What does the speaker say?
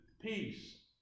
peace